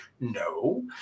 No